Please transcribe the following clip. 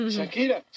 Shakira